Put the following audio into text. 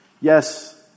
Yes